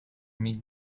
mick